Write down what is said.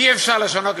אי-אפשר לשנות,